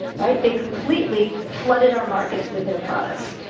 right? they completely flooded our markets with their products.